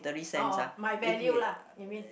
orh orh my value lah you mean